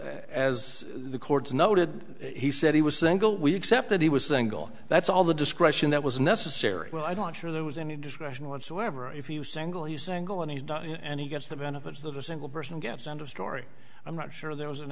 as the courts noted he said he was single we accept that he was single that's all the discretion that was necessary well i don't sure there was any discretion whatsoever if he was single you single and he's not and he gets the benefits of a single person gets understory i'm not sure there was an